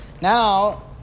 Now